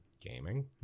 Gaming